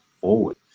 forward